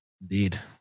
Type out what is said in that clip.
Indeed